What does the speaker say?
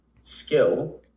skill